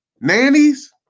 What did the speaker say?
Nannies